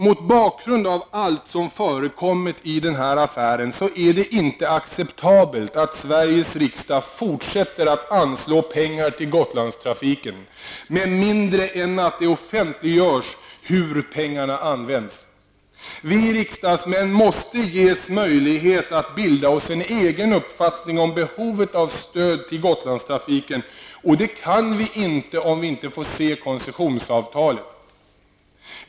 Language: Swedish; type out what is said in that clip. Mot bakgrund av allt som förekommit i den här affären är det inte acceptabelt att Sveriges riksdag fortsätter att anslå pengar till Gotlandstrafiken med mindre än att det offentliggörs hur pengarna används. Vi riksdagsmän måste ges möjlighet att bilda oss en egen uppfattning om behovet av stöd till Gotlandstrafiken, och det kan vi inte om vi inte får se koncessionsavtalet.